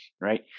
right